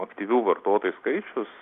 aktyvių vartotojų skaičius